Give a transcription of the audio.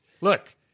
Look